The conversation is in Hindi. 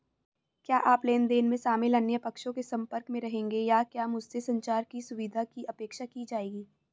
क्या आप लेन देन में शामिल अन्य पक्षों के संपर्क में रहेंगे या क्या मुझसे संचार की सुविधा की अपेक्षा की जाएगी?